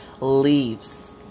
leaves